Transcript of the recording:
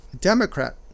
Democrat